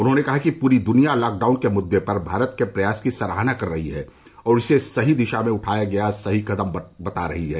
उन्होंने कहा कि पूरी द्निया लॉकडाउन के मुद्दे पर भारत के प्रयास की सराहना कर रही है और इसे सही दिशा में उठाया गया सही कदम बता रही है